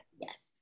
Yes